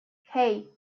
hey